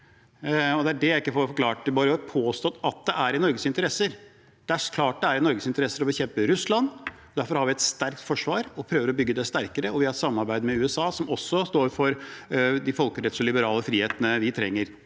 Det er det jeg ikke får forklart – det bare blir påstått at det er i Norges interesse. Det er klart det er i Norges interesse å bekjempe Russland. Derfor har vi et sterkt forsvar og prøver å bygge det sterkere, og vi har et samarbeid med USA, som også står for det folkerettslige og de liberale frihetene vi trenger.